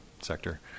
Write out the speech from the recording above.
sector